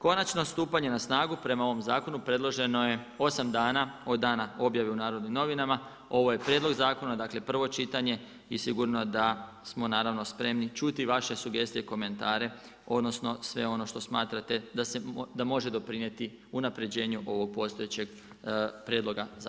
Konačno stupanje a snagu prema ovom zakonu preloženo je 8 dana od dana objave u N.N. ovo je prijedlog zakona, dakle prvo čitanje i sigurno da smo naravno spremni čuti vaše sugestije i komentare, odnosno, sve ono što smatrate da može doprinijeti unapređenju ovog postojećeg prijedloga zakona.